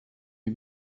you